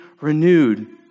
renewed